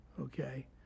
okay